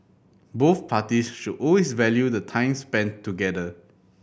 both parties should always value the time spent together